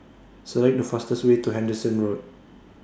Select The fastest Way to Henderson Road